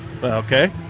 okay